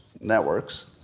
networks